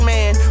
Man